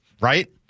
right